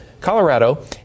Colorado